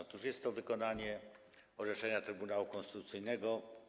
Otóż jest to wykonanie orzeczenia Trybunału Konstytucyjnego.